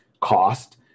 cost